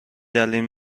دلیل